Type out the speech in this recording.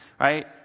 right